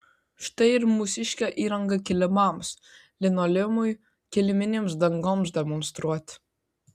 štai ir mūsiškė įranga kilimams linoleumui kiliminėms dangoms demonstruoti